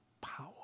power